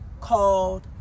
called